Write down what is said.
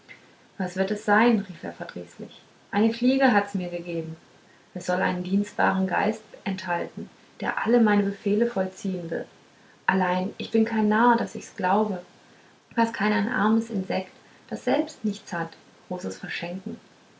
was wird es sein rief er verdrießlich eine fliege hat's mir gegeben es soll einen dienstbaren geist enthalten der alle meine befehle vollziehen wird allein ich bin kein narr daß ich's glaube was kann ein armes insekt das selbst nichts hat großes verschenken